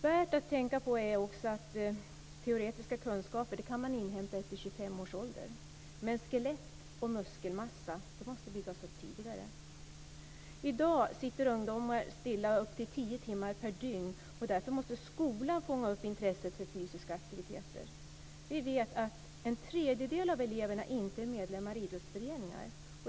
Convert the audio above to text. Värt att tänka på är att teoretiska kunskaper kan man inhämta efter 25 års ålder, men skelett och muskelmassa måste byggas upp tidigare. I dag sitter ungdomar stilla upp till 10 timmar per dygn, och därför måste skolan fånga upp intresset för fysiska aktiviteter. Vi vet att en tredjedel av eleverna inte är medlemmar i idrottsföreningar.